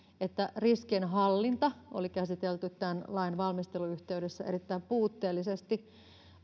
että riskien hallinta oli käsitelty tämän lain valmistelun yhteydessä erittäin puutteellisesti